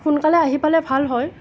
সোনকালে আহি পালে ভাল হয়